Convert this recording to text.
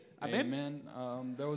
Amen